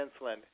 insulin